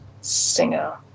singer